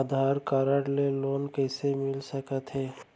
आधार card ले loan कइसे मिलिस सकत हे?